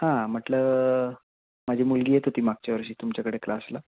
हां म्हटलं माझी मुलगी येत होती मागच्या वर्षी तुमच्याकडे क्लासला